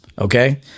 Okay